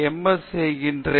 S செய்கிறேன்